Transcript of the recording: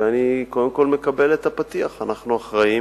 ואני קודם כול מקבל את הפתיח, אנחנו אחראים